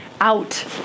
out